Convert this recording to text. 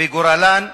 וגורלן הוא,